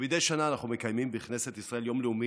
כמדי שנה אנחנו מקיימים בכנסת ישראל יום לאומי